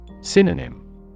Synonym